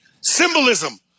symbolism